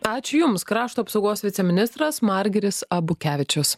ačiū jums krašto apsaugos viceministras margiris abukevičius